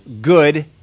good